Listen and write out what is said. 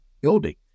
building